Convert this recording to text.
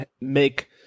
Make